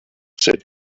said